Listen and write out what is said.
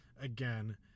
again